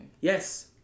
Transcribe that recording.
Yes